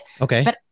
Okay